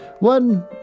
One